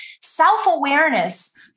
Self-awareness